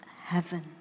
heaven